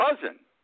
cousin